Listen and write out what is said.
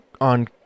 on